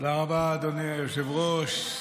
תודה רבה, אדוני היושב-ראש.